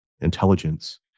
intelligence